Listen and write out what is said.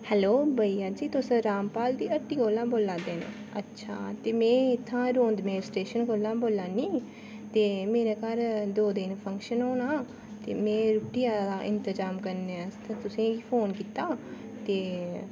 hello भैया जी तुस रामपाल दी हट्टी कोला बोल्ला दे अच्छा ते में इत्थै रोदमें स्टेशन कोला बोल्ला नीं ते मेरे घर दौं दिन फंक्शन होना ते में रुट्टी दा इतंजाम करने आस्तै तुसेंगी फोन कीता ते